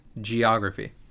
geography